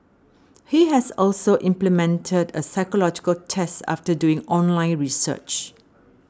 he has also implemented a psychological test after doing online research